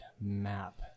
map